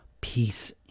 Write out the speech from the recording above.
peace